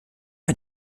hat